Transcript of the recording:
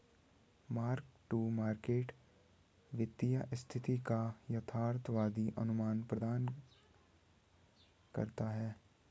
mark to market वित्तीय स्थिति का यथार्थवादी अनुमान प्रदान करता है